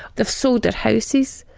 they've sold their houses.